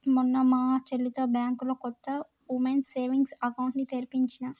మొన్న మా చెల్లితో బ్యాంకులో కొత్త వుమెన్స్ సేవింగ్స్ అకౌంట్ ని తెరిపించినా